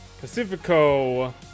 Pacifico